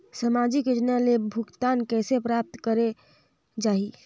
समाजिक योजना ले भुगतान कइसे प्राप्त करे जाहि?